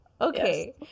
okay